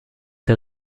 der